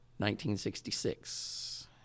1966